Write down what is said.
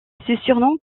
surnom